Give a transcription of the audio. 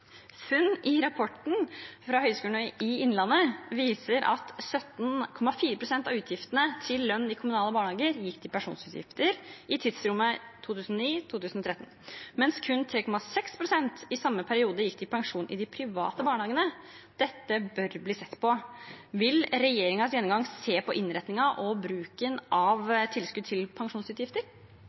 i Innlandet viser at 17,4 pst. av utgiftene til lønn i kommunale barnehager gikk til pensjonsutgifter i tidsrommet 2009–2013, mens kun 3,6 pst. i samme periode gikk til pensjon i de private barnehagene. Dette bør bli sett på. Vil regjeringens gjennomgang se på innretningen og bruken av tilskudd til pensjonsutgifter?